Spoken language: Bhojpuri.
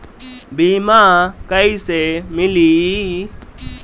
बीमा कैसे मिली?